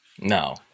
No